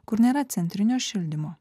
kur nėra centrinio šildymo